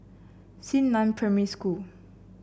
Xingnan Primary School